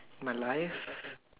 my life